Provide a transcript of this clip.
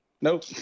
Nope